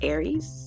Aries